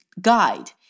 guide